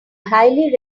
highly